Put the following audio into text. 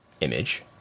image